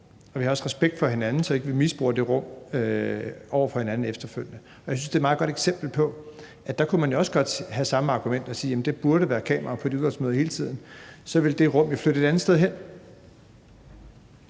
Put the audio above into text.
og vi har også respekt for hinanden, så vi ikke misbruger det rum over for hinanden efterfølgende. Jeg synes, det er et meget godt eksempel på, at der kunne man jo også godt bruge samme argument og sige, at der burde være kameraer på i de udvalgsmøder hele tiden – så ville det rum jo flytte et andet sted hen.